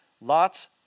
Lot's